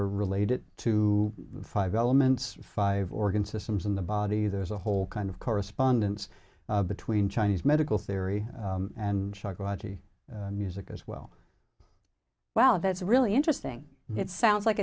are related to five elements five organ systems in the body there's a whole kind of correspondence between chinese medical theory and shakuhachi music as well well that's really interesting it sounds like